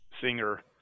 singer